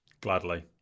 Gladly